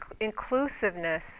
inclusiveness